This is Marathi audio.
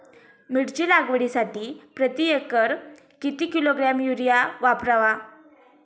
मिरची लागवडीसाठी प्रति एकर किती किलोग्रॅम युरिया वापरावा?